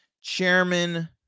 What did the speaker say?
chairman